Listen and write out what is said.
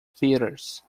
theatres